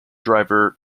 driver